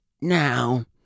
now